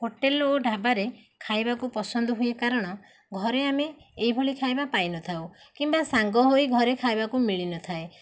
hotel ଓ ଢାବାରେ ଖାଇବାକୁ ପସନ୍ଦ ହୁଏ କାରଣ ଘରେ ଆମେ ଏଇଭଳି ଖାଇବା ପାଇନଥାଉ କିମ୍ବା ସାଙ୍ଗ ହୋଇ ଘରେ ଖାଇବାକୁ ମିଳିନଥାଏ